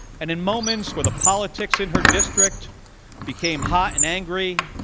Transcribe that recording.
and in moments where the politics in her district became hot and angry,